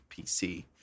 PC